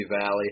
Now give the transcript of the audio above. Valley